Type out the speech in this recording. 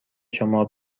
شمار